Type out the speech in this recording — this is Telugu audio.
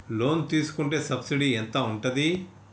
లోన్ తీసుకుంటే సబ్సిడీ ఎంత ఉంటది?